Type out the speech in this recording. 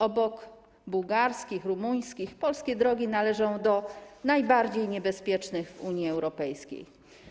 Obok bułgarskich i rumuńskich polskie drogi należą do najbardziej niebezpiecznych w Unii Europejskiej.